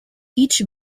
each